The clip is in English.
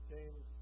James